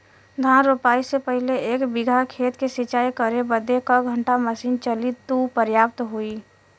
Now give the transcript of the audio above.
धान रोपाई से पहिले एक बिघा खेत के सिंचाई करे बदे क घंटा मशीन चली तू पर्याप्त होई?